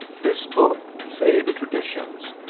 this book, say the traditions,